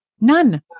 None